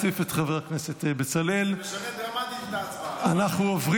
לדיון בוועדת הכלכלה לצורך הכנתה לקריאה הראשונה.